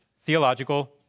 theological